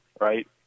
right